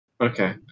okay